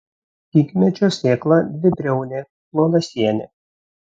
ginkmedžio sėkla dvibriaunė plonasienė